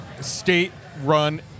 state-run